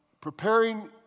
preparing